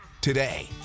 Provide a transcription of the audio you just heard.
today